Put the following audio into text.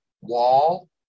Wall